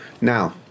Now